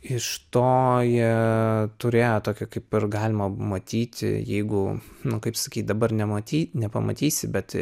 iš to jie turėjo tokių kaip galima matyti jeigu nu kaip sakyt dabar nematyt nepamatysi bet